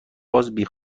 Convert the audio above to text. شدیم